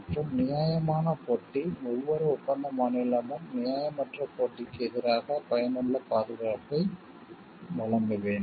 மற்றும் நியாயமான போட்டி ஒவ்வொரு ஒப்பந்த மாநிலமும் நியாயமற்ற போட்டிக்கு எதிராக பயனுள்ள பாதுகாப்பை வழங்க வேண்டும்